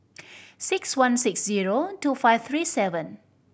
six one six zero two five three seven